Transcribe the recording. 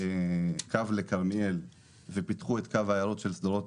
קו לכרמיאל ופיתחו את קו העיירות של שדרות,